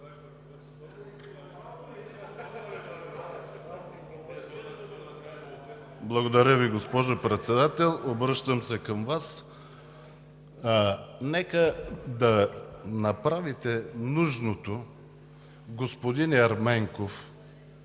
Благодаря Ви, госпожо Председател. Обръщам се към Вас. Направете нужното господин Ерменков